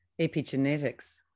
Epigenetics